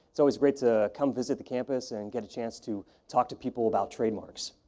it's always great to come visit the campus and get a chance to talk to people about trademarks.